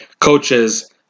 coaches